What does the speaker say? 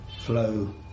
flow